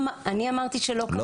אמרתי שלא קרה?